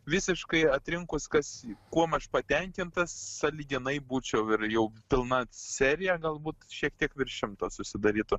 visiškai atrinkus kas kuom aš patenkintas sąlyginai būčiau ir jau pilna serija galbūt šiek tiek virš šimto susidarytų